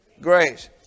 grace